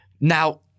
Now